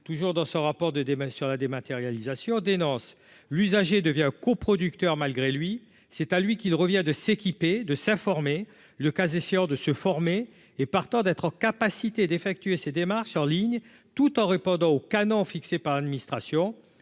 toujours dans ce rapport de débat sur la dématérialisation dénonce l'usager devient coproducteur malgré lui, c'est à lui qu'il revient de s'équiper de s'informer, le cas échéant de se former et, partant, d'être en capacité d'effectuer ses démarches en ligne tout en répondant aux canons fixés par l'administration,